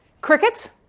crickets